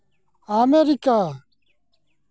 America